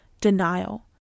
denial